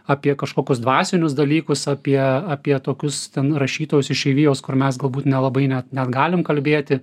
apie kažkokius dvasinius dalykus apie apie tokius ten rašytojus išeivijos kur mes galbūt nelabai net net galim kalbėti